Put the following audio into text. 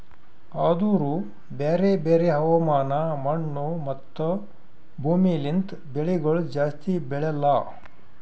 ಆದೂರು ಬ್ಯಾರೆ ಬ್ಯಾರೆ ಹವಾಮಾನ, ಮಣ್ಣು, ಮತ್ತ ಭೂಮಿ ಲಿಂತ್ ಬೆಳಿಗೊಳ್ ಜಾಸ್ತಿ ಬೆಳೆಲ್ಲಾ